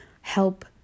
help